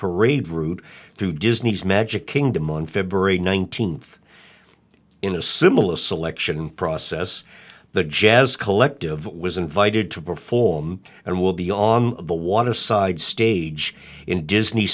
parade route to disney's magic kingdom on february nineteenth in a similar selection process the jazz collective was invited to perform and will be on the waterside stage in disney